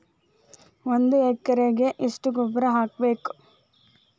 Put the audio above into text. ಒಂದ್ ಎಕರೆಗೆ ಎಷ್ಟ ಗೊಬ್ಬರ ಹಾಕ್ಬೇಕ್?